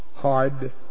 hard